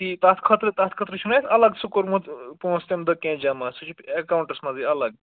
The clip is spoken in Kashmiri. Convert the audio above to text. تی تَتھ خٲطرٕ تَتھ خٲطرٕ چھُ مےٚ اَسہِ الگ سُہ کوٚرمُت پونٛسہٕ تَمہِ دۄہ کینٛہہ جمع سُہ چھُ اٮ۪کاوُنٛٹَس منٛزٕے الگ